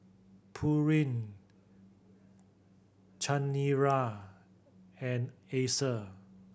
Pureen Chanira and Acer